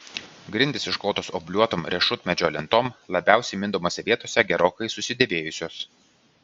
grindys išklotos obliuotom riešutmedžio lentom labiausiai mindomose vietose gerokai susidėvėjusios